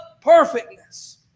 perfectness